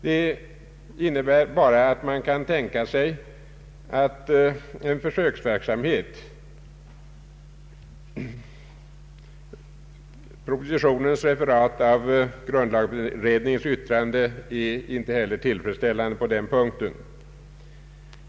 Det innebär bara att man kan tänka sig en försöksverksamhet. Propositionens referat av grundlagberedningens yttrande är inte heller tillfredsställande på den punkten.